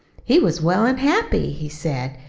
he was well an' happy, he said.